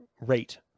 rate